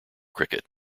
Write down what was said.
cricket